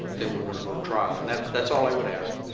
then we're going to go to trial, and that's that's all i would ask.